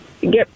get